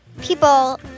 people